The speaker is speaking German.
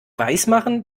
weismachen